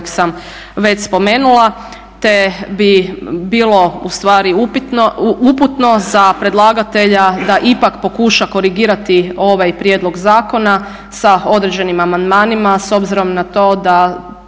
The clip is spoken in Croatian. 40.kojeg sam već spomenula te bi bilo ustvari uputno za predlagatelja da ipak pokuša korigirati ovaj prijedlog zakona sa određenim amandmanima s obzirom na to da